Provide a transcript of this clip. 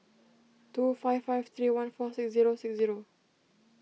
two five five three one four six zero six zero